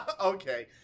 Okay